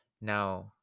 now